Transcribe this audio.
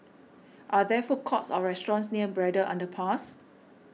are there food courts or restaurants near Braddell Underpass